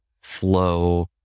flow